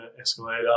escalator